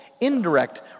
indirect